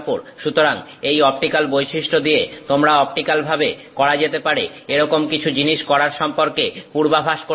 সুতরাং এই অপটিক্যাল বৈশিষ্ট্য দিয়ে তোমরা অপটিক্যালভাবে করা যেতে পারে এরকম কিছু জিনিস করার সম্পর্কে পূর্বাভাস করতে পারো